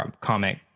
comic